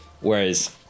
Whereas